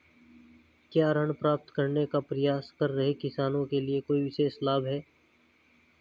क्या ऋण प्राप्त करने का प्रयास कर रहे किसानों के लिए कोई विशेष लाभ हैं?